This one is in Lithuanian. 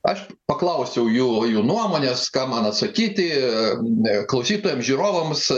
aš paklausiau jų jų nuomonės ką man atsakyti klausytojam žiūrovams